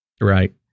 right